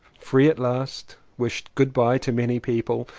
free at last! wished good-bye to many people.